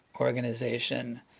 organization